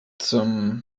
zum